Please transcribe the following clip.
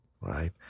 Right